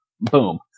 Boom